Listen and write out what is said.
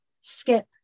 Skip